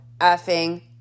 effing